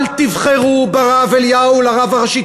אל תבחרו ברב אליהו לרב הראשי.